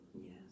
yes